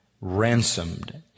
ransomed